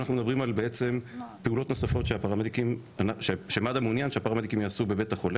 על פעולות נוספות שמד"א מעוניין שהפרמדיקים יעשו בבית החולה.